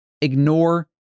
Ignore